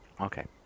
Okay